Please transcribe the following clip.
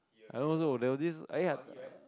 I don't know also there was this I think I